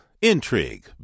intrigue